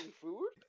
Food